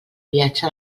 viatge